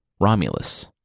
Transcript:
Romulus